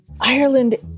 Ireland